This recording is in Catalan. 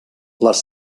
les